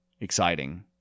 exciting